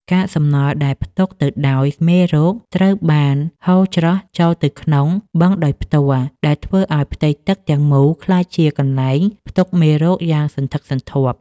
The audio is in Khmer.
កាកសំណល់ដែលផ្ទុកទៅដោយមេរោគត្រូវបានហូរច្រោះចូលទៅក្នុងបឹងដោយផ្ទាល់ ដែលធ្វើឱ្យផ្ទៃទឹកទាំងមូលក្លាយជាកន្លែងផ្ទុកមេរោគយ៉ាងសន្ធឹកសន្ធាប់។